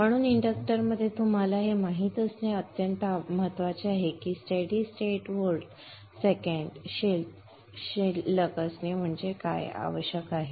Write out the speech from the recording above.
म्हणून इंडक्टरमध्ये तुम्हाला हे माहित असणे अत्यंत महत्वाचे आहे की steady state volt second balance असणे आवश्यक आहे